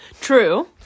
True